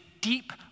deep